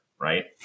right